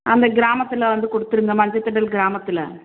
அந்த கிராமத்தில் வந்து ககொடுத்துருங்க மஞ்ச திடல் கிராமத்தில்